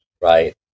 right